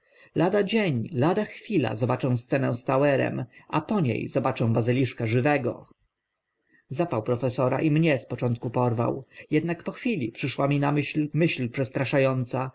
lada dzień lada chwila zobaczę scenę z tauerem a po nie zobaczę bazyliszka żywego zapał profesora i mnie z początku porwał jednak po chwili przyszła mi myśl przestrasza